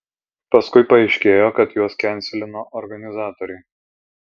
paskui paaiškėjo kad juos kenselino organizatoriai